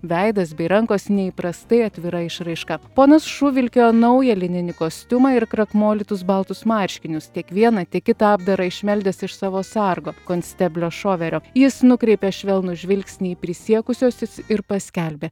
veidas bei rankos neįprastai atvira išraiška ponas šu vilkėjo naują lininį kostiumą ir krakmolytus baltus marškinius tiek vieną tiek kitą apdarą išmeldęs iš savo sargo konsteblio šoverio jis nukreipė švelnų žvilgsnį į prisiekusiuosius ir paskelbė